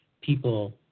people